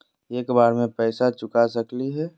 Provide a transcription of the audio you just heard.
एक बार में पैसा चुका सकालिए है?